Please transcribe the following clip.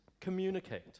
communicate